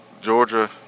Georgia